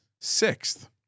sixth